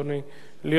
להיות בזמן,